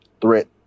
threat